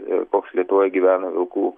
ir koks lietuvoje gyvena vilkų